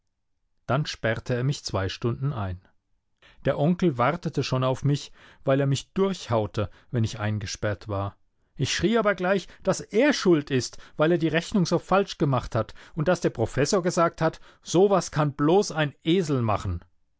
dann sperrte er mich zwei stunden ein der onkel wartete schon auf mich weil er mich durchhaute wenn ich eingesperrt war ich schrie aber gleich daß er schuld ist weil er die rechnung so falsch gemacht hat und daß der professor gesagt hat so was kann bloß ein esel machen